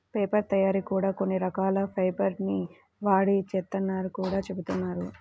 paper తయ్యారీ కూడా కొన్ని రకాల ఫైబర్ ల్ని వాడి చేత్తారని గూడా జెబుతున్నారు